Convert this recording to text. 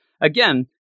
again